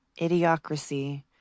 Idiocracy